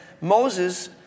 Moses